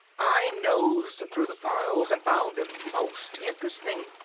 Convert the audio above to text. i nosed through the files and found them most interesting.